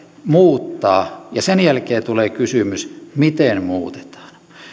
muuttaa ja sen jälkeen tulee kysymys miten muutetaan